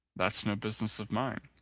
that's no business of mine.